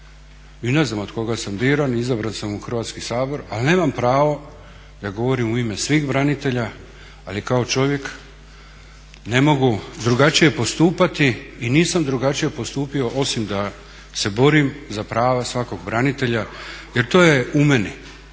ni ne znam od koga sam biran, izabran sam u Hrvatski sabor ali nemam pravo da govorim u ime svih branitelja ali kao čovjek ne mogu drugačije postupati i nisam drugačije postupio osim da se borim za prava svakog branitelja jer to je u meni